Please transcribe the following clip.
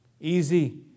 Easy